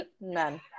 none